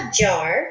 jar